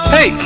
Hey